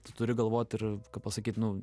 tu turi galvot ir ką pasakyt nu